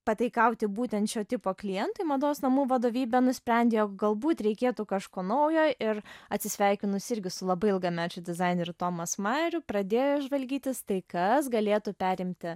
pataikauti būtent šio tipo klientui mados namų vadovybė nusprendė jog galbūt reikėtų kažko naujo ir atsisveikinus irgi su labai ilgamečiu dizaineriu tomas majeriu pradėjo žvalgytis tai kas galėtų perimti